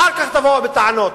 אחר כך תבואו בטענות.